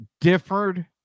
differed